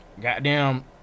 Goddamn-